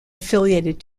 affiliated